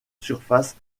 surfaces